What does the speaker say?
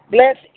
Bless